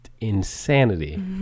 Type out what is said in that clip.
insanity